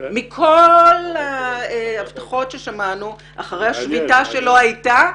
מכל ההבטחות ששמענו אחרי השביתה שלא הייתה,